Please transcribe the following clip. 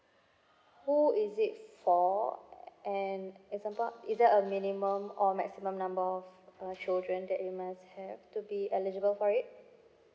who is it for and example is there a minimum or maximum number of uh children that you must have to be eligible for it